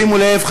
שימו לב,